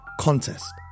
contest